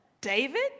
David